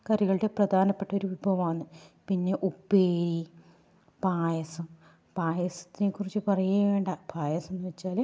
കറികളുടെ പ്രധാനപ്പെട്ട ഒരു വിഭവമാണ് പിന്നെ ഉപ്പേരി പായസം പായസത്തെ കുറിച്ച് പറയുകയേ വേണ്ട പായസം എന്ന് വെച്ചാൽ